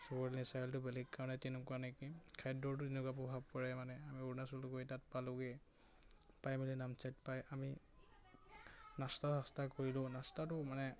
বেলেগ কাৰণে তেনেকুৱা নেকি খাদ্যটো তেনেকুৱা প্ৰভাৱ পৰে মানে আমি অৰুণাচল তাত পালোগে পাই মেলি নামচাই পায় আমি নাস্তা চাস্তা কৰিলোঁ নাস্তাটো মানে